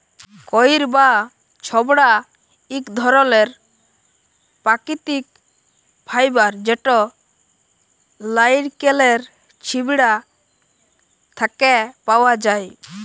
কইর বা ছবড়া ইক ধরলের পাকিতিক ফাইবার যেট লাইড়কেলের ছিবড়া থ্যাকে পাউয়া যায়